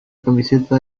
camiseta